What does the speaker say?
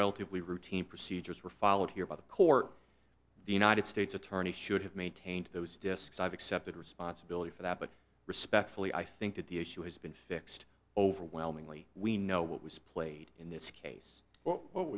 relatively routine procedures were followed here by the court the united states attorney should have maintained those discs i've accepted responsibility for that but respectfully i think that the issue has been fixed overwhelmingly we know what was played in this case but what